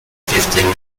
fifteen